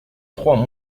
trois